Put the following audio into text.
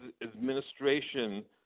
administration